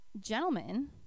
gentlemen